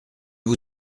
vous